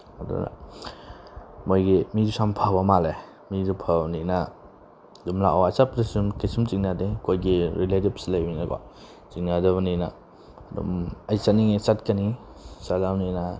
ꯑꯗꯨꯅ ꯃꯣꯏꯒꯤ ꯃꯤꯁꯨ ꯁꯨꯝ ꯐꯕ ꯃꯥꯜꯂꯦ ꯃꯤꯗꯣ ꯐꯕꯅꯤꯅ ꯑꯗꯨꯝ ꯂꯥꯛꯑꯣ ꯆꯠꯄꯗꯁꯨ ꯑꯗꯨꯝ ꯀꯩꯁꯨꯝ ꯆꯤꯡꯅꯗꯦ ꯑꯩꯈꯣꯏꯒꯤ ꯔꯤꯂꯦꯇꯤꯞꯁ ꯂꯩꯕꯅꯤꯅ ꯀꯣ ꯆꯤꯡꯅꯗꯕꯅꯤꯅ ꯑꯗꯨꯝ ꯑꯩ ꯆꯠꯅꯤꯡꯉꯦ ꯆꯠꯀꯅꯤ ꯆꯠꯂꯕꯅꯤꯅ